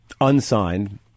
unsigned